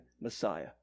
Messiah